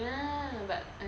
ya but